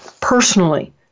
personally